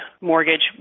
mortgage